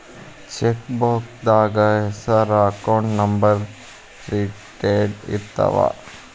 ಚೆಕ್ಬೂಕ್ದಾಗ ಹೆಸರ account number printed ಇರ್ತಾವ